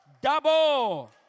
double